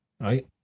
right